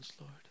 Lord